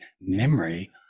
memory